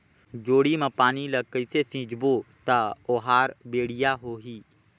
जोणी मा पानी ला कइसे सिंचबो ता ओहार बेडिया होही?